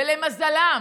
למזלם,